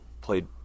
played